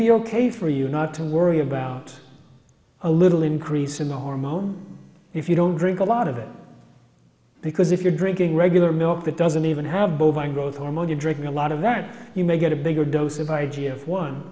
be ok for you not to worry about a little increase in the hormone if you don't drink a lot of it because if you're drinking regular milk that doesn't even have bovine growth hormone you drinking a lot of that you may get a bigger dose of i g f one